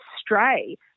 stray